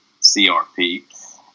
crp